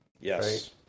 Yes